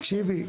תקשיבי,